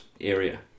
area